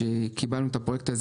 קיבלנו את הפרויקט הזה